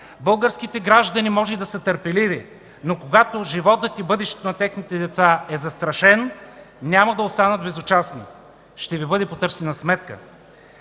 Българските граждани може и да са търпеливи, но когато животът и бъдещето на техните деца е застрашен, няма да останат безучастни. Ще Ви бъде потърсена сметка!